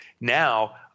Now